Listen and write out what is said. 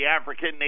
African